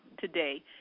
today